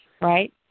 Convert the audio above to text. right